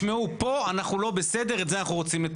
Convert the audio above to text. פה אנחנו לא בסדר ואת זה אנחנו רוצים לתקן.